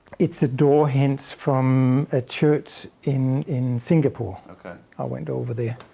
it's a door hinge from a church in in singapore. i went over there.